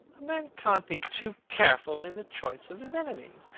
a man cannot be too careful in the choice of his enemies.